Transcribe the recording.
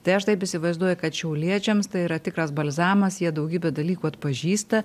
tai aš taip įsivaizduoju kad šiauliečiams tai yra tikras balzamas jie daugybę dalykų atpažįsta